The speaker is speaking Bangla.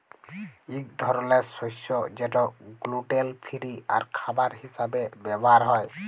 ইক ধরলের শস্য যেট গ্লুটেল ফিরি আর খাবার হিসাবে ব্যাভার হ্যয়